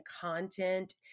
content